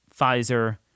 Pfizer